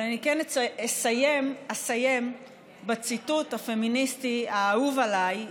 אבל אני כן אסיים בציטוט הפמיניסטי האהוב עליי.